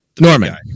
norman